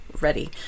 ready